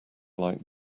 like